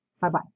bye-bye